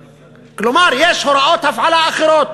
כלומר, יש הוראות הפעלה אחרות.